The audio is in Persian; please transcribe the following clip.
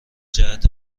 جهت